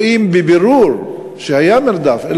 רואים בבירור שהיה מרדף,